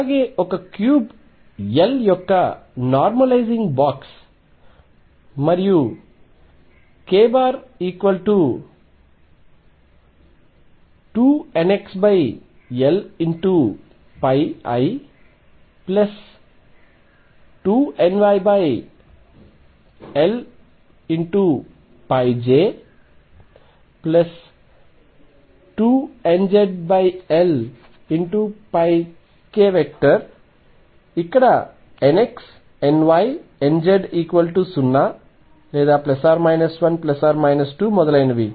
అలాగే ఒక cube L యొక్క నార్మలైజింగ్ బాక్స్ మరియు k2nxLπ i2nyLπ j2nzLπ k nx ny nz0 ±1 ±2 మొదలైనవి